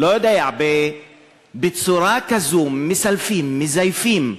לא יודע, בצורה כזו מסלפים, מזייפים,